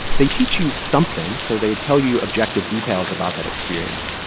they teach you something. so they tell you objective details about that experience.